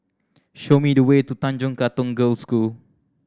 show me the way to Tanjong Katong Girls' School